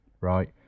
right